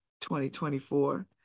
2024